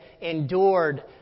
endured